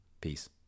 Peace